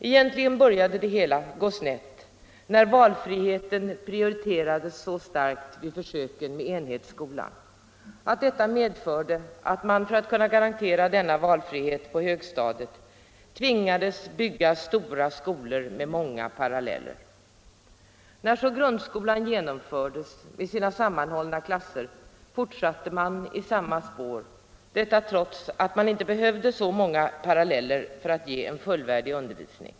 Egentligen började det hela gå snett när valfriheten prioriterades så starkt vid försöken med enhetsskolan att detta medförde att man för att kunna garantera denna valfrihet på högstadiet tvingades bygga stora skolor med många paralleller. När så grundskolan genomfördes med sina sammanhållna klasser fortsatte man i samma spår — detta trots att man inte längre behövde så många paralleller för att ge en fullvärdig undervisning.